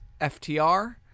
FTR